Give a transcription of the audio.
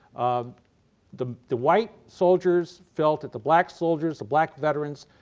um the the white soldiers felt that the black soldiers, the black veterans,